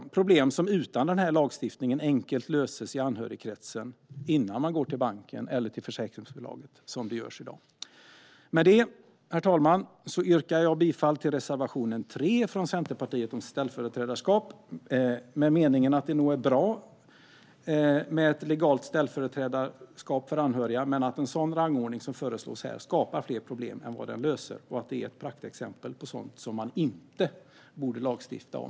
Det är problem som utan den här lagstiftningen enkelt löses i anhörigkretsen innan man går till banken eller försäkringsbolaget, som det görs i dag. Herr talman! Med det yrkar jag bifall till Centerpartiets reservation 3 om ställföreträdarskap. Det är nog bra med ett legalt ställföreträdarskap för anhöriga, men en sådan rangordning som föreslås här skapar fler problem än den löser. Det är ett praktexempel på sådant riksdagen inte bör lagstifta om.